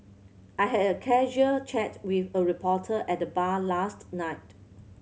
I had a casual chat with a reporter at the bar last night